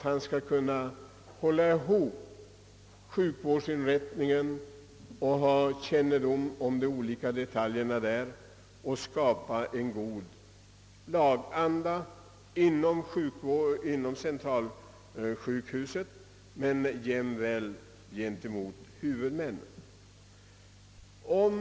Han skall kunna hålla ihop alla de olika detaljerna på sjukhuset och skapa en god laganda såväl inom sjukhuset som gentemot huvudmännen.